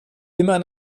immer